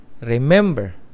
Remember